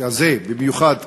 במיוחד כאן,